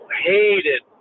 Hated